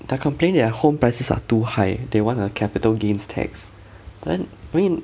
they are complaining that their home prices are too high eh they want a capital gains tax then I mean